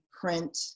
print